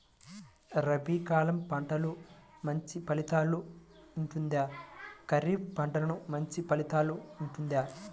రబీ కాలం పంటలు మంచి ఫలితాలు ఉంటుందా? ఖరీఫ్ పంటలు మంచి ఫలితాలు ఉంటుందా?